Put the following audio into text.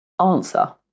Answer